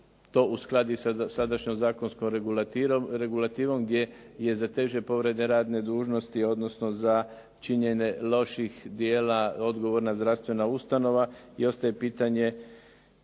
to uskladi sa sadašnjom zakonskom regulativom gdje je za teže povrede radne dužnosti odnosno za činjenje loših djela odgovorna zdravstvena ustanova i ostaje pitanje